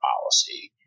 policy